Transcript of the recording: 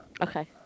Okay